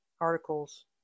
articles